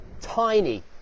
tiny